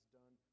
done